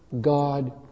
God